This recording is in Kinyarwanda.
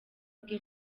bwe